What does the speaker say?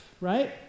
right